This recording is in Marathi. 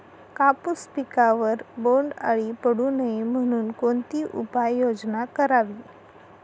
कापूस पिकावर बोंडअळी पडू नये म्हणून कोणती उपाययोजना करावी?